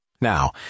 Now